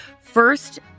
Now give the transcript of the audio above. first